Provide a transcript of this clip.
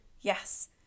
Yes